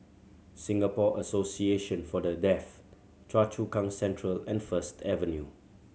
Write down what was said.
Singapore Association For The Deaf Choa Chu Kang Central and First Avenue